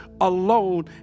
alone